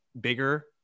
bigger